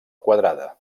quadrada